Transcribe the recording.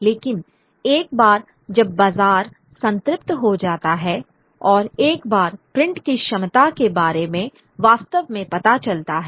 लेकिन एक बार जब बाजार संतृप्त हो जाता है और एक बार प्रिंट की क्षमता के बारे में वास्तव में पता चलता है